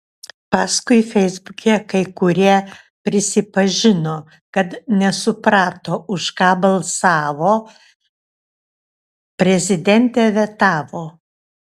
paskui feisbuke kai kurie prisipažino kad nesuprato už ką balsavo prezidentė vetavo